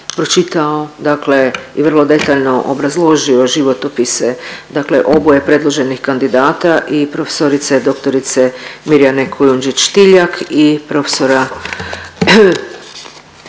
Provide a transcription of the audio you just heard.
pročitao i vrlo detaljno obrazložio životopise oboje predloženih kandidata i prof.dr. Mirjane Kujundžić Tiljak i prof.dr.